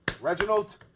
Reginald